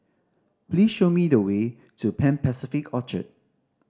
please show me the way to Pan Pacific Orchard